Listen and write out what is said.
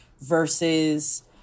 versus